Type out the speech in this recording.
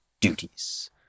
duties